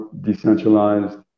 decentralized